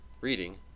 reading